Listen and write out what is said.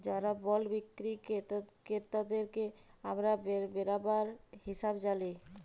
যারা বল্ড বিক্কিরি কেরতাদেরকে আমরা বেরাবার হিসাবে জালি